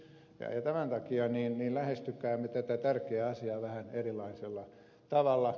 tämän takia lähestykäämme tätä tärkeää asiaa vähän erilaisella tavalla